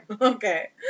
Okay